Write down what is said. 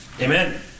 Amen